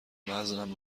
وزنم